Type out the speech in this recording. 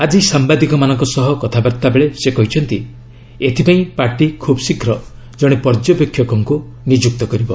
ଆଜି ସାମ୍ବାଦିକମାନଙ୍କ ସହ କଥାବାର୍ତ୍ତାବେଳେ ସେ କହିଛନ୍ତି ଏଥିପାଇଁ ପାର୍ଟି ଖୁବ୍ ଶୀଘ୍ର ଜଣେ ପର୍ଯ୍ୟବେକ୍ଷକଙ୍କୁ ନିଯୁକ୍ତ କରିବ